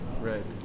right